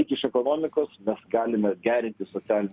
tik iš ekonomikos mes galime gerinti socialinį